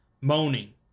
moaning